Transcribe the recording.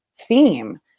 theme